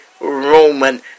Roman